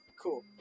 Cool